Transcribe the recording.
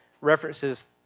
references